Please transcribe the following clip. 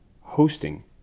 hosting